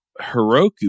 Heroku